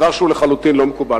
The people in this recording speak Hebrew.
דבר שהוא לחלוטין לא מקובל.